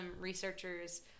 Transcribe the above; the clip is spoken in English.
researchers